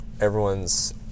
everyone's